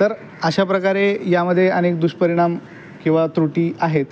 तर अशा प्रकारे यामध्ये अनेक दुष्परिणाम किंवा त्रुटी आहेत